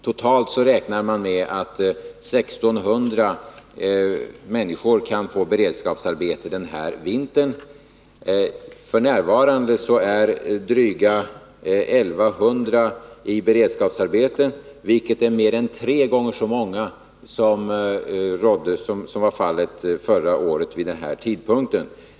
Totalt räknar man med att 1 600 människor kan få beredskapsarbete den här vintern. F. n. är drygt 1 100 personer sysselsatta i beredskapsarbeten, vilket är mer än tre gånger så många som förra året vid den här tiden.